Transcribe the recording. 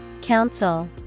Council